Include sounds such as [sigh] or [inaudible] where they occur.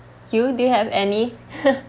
you do you have any [laughs]